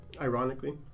Ironically